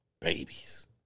babies